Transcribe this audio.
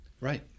Right